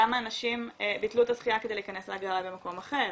כמה אנשים ביטלו את הזכייה כדי להיכנס להגרלה במקום אחר?